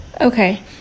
Okay